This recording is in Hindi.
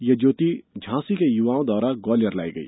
ये ज्योति झांसी से युवाओं द्वारा ग्वालियर लाई गई